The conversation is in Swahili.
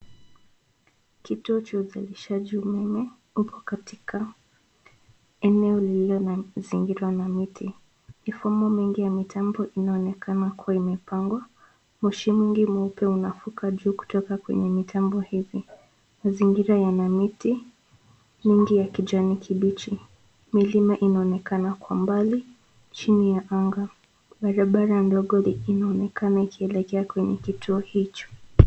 Kituo cha uzalishaji umeme upo katika eneo lilozingirwa na miti, mifumo mengi ya mitambo inaonekana kuwa imepangwa, moshi mingi mweupe unafuka juu kutoka kwenye mitambo hivi mazingira yana miti mingi ya kijani kibichi milima inaonekana kwa mbali chini ya anga barabara ndogo inaonekana ikielekea kwenye kituo hicho.